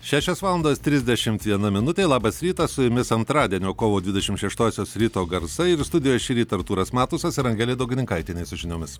šešios valandos trisdešimt viena minutė labas rytas su jumis antradienio kovo dvidešimt šeštosios ryto garsai ir studijoj šį rytą artūras matusas ir angelė daugininkaitienė su žiniomis